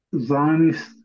Zionist